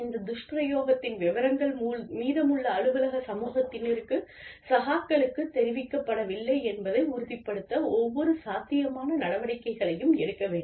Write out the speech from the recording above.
இந்த துஷ்பிரயோகத்தின் விவரங்கள் மீதமுள்ள அலுவலக சமூகத்தினருக்கு சகாக்களுக்குத் தெரிவிக்கப்படவில்லை என்பதை உறுதிப்படுத்த ஒவ்வொரு சாத்தியமான நடவடிக்கையையும் எடுக்க வேண்டும்